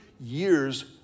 years